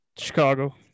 Chicago